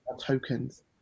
tokens